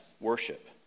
worship